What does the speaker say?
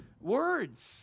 words